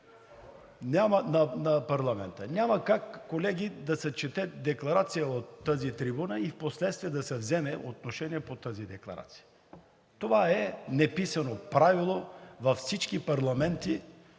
на парламента. Няма как, колеги, да се чете декларация от тази трибуна и впоследствие да се вземе отношение по тази декларация. Това е неписано правило във всички парламенти,